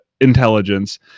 intelligence